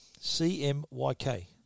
C-M-Y-K